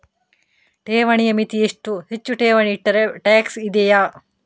ಠೇವಣಿಯ ಮಿತಿ ಎಷ್ಟು, ಹೆಚ್ಚು ಠೇವಣಿ ಇಟ್ಟರೆ ಟ್ಯಾಕ್ಸ್ ಇದೆಯಾ?